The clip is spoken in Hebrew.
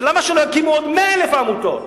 ולמה שלא יקימו עוד 100,000 עמותות?